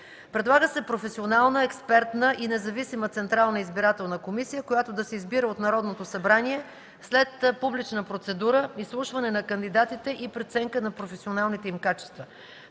Предлага се професионална, експертна и независима Централна избирателна комисия, която да се избира от Народното събрание след публична процедура, изслушване на кандидатите и преценка на професионалните им качества.